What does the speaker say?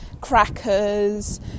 crackers